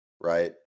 right